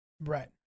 Right